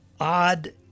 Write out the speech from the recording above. odd